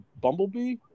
bumblebee